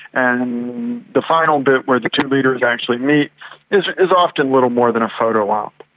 and the final bit where the two leaders actually meet is is often little more than a photo op.